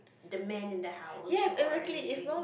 the man in the house sort or anything